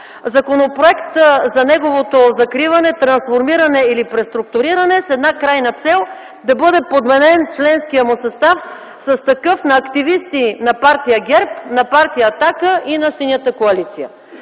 Законопроектът за неговото закриване, трансформиране или преструктуриране е с една крайна цел – да бъде подменен членският му състав с такъв на активисти на партия ГЕРБ, на партия „Атака” и на Синята коалиция.